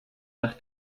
nach